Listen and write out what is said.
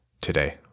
today